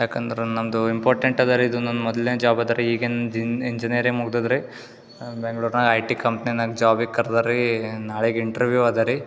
ಯಾಕಂದ್ರೆ ನಮ್ಮದು ಇಂಪೋರ್ಟೆನ್ಟ್ ಅದ ರೀ ಇದು ನಂದು ಮೊದಲೇ ಜಾಬ್ ಅದರಿ ಈಗಿನ್ನೂ ಇಂಜಿನಿಯರಿಂಗ್ ಮುಗ್ದದೆ ರೀ ಬೆಂಗ್ಳೂರ್ನಾಗ ಐ ಟಿ ಕಂಪ್ನಿನಾಗ ಜಾಬಿಗೆ ಕರ್ದಾರ ರೀ ನಾಳೆಗೆ ಇಂಟ್ರವ್ಯೂವ್ ಅದ ರೀ